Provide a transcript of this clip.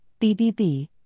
BBB